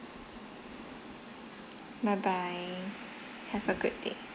bye bye have a good day